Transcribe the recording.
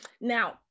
Now